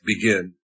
begin